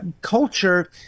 culture